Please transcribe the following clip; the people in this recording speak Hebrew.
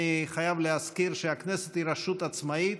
אני חייב להזכיר שהכנסת היא רשות עצמאית,